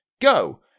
go